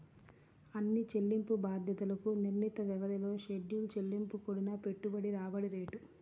అన్ని చెల్లింపు బాధ్యతలకు నిర్ణీత వ్యవధిలో షెడ్యూల్ చెల్లింపు కూడిన పెట్టుబడి రాబడి రేటు